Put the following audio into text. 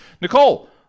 Nicole